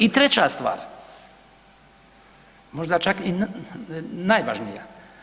I treća stvar, možda čak i najvažnija.